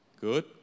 Good